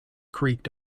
creaked